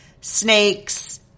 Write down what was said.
snakes